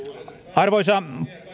arvoisa